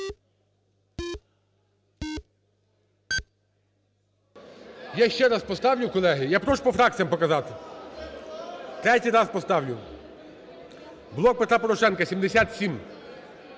Я ще раз поставлю, колеги. Я прошу по фракціям показати. Третій раз поставлю. "Блок Петра Порошенка" –